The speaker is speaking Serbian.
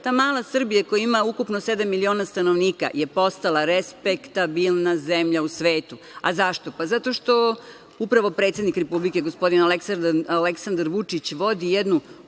Ta mala Srbija koja ima ukupno sedam miliona stanovnika je postala respektabilna zemlja u svetu.Zašto? Zato što upravo predsednik republike, gospodin Aleksandar Vučić vodi jednu